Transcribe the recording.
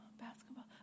basketball